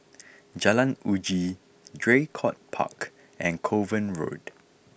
Jalan Uji Draycott Park and Kovan Road